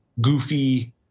goofy